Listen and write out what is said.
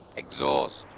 exhaust